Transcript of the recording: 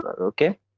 Okay